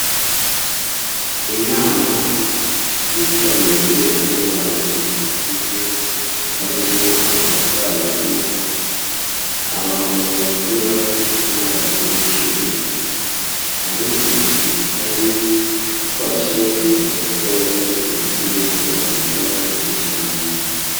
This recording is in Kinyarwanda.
Inama yitabiriwe n'abantu bakuze, harimo abasaza, abamama bakiri bato, n'abakecuru. Hari umusirikare ufashe mikorofone, ugiye kubagezaho ijambo.